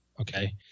Okay